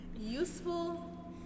Useful